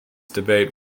debate